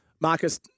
Marcus